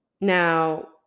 Now